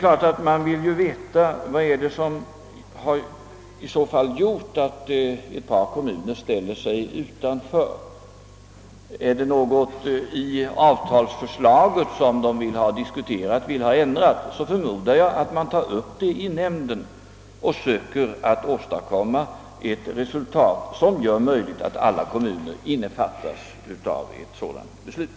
Men givetvis vill vi i så fall veta vad som gjort att ett par kommuner har ställt sig utanför. Om det är något i avtalsförslaget man vill diskutera och ändra på, så förmodar jag att man tar upp den saken i nämnden och försöker nå ett resultat som gör det möjligt att alla kommuner innefattas i ett sådant beslut.